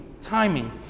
timing